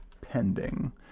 pending